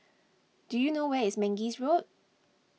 do you know where is Mangis Road